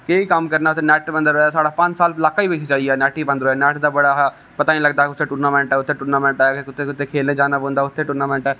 केह् कम्म करना इत्थै नेट ही बंद रेहा साढ़ा पंज साल इलाका गै पिच्छै चली गेआ साढ़ा नेट ही बंद रेहा नेट दा बड़ा हा पता नेईं लगदा हा कद्धर टूर्नामेंट ऐ कुत्थै कुत्थै खेलने जाना पौंदा कुत्थै टूर्नामेंट ऐ